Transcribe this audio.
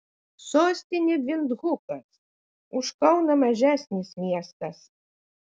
sostinė vindhukas už kauną mažesnis miestas